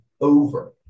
over